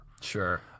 Sure